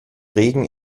regen